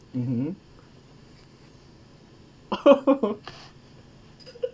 mmhmm